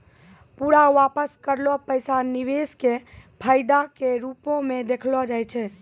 पूरा वापस करलो पैसा निवेश के फायदा के रुपो मे देखलो जाय छै